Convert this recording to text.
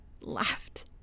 laughed